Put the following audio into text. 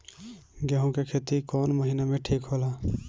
गेहूं के खेती कौन महीना में ठीक होला?